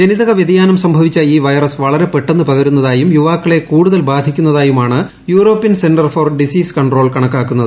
ജനിതക വ്യതിയാനം സംഭവിച്ച ഈ വൈറസ് വളരെ പെട്ടെന്ന് പകരുന്നതായും യുവാക്കളെ കൂടുതൽ ബാധിക്കുന്നതായും ആണ് European Centre for Disease Control കണക്കാക്കുന്നത്